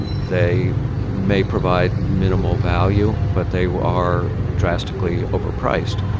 and they may provide minimal value, but they are drastically overpriced.